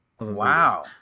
Wow